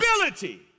ability